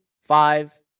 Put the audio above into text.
five